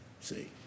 See